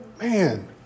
man